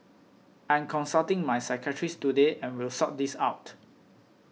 I'm consulting my psychiatrist today and will sort this out